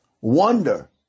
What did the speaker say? wonder